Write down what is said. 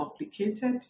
complicated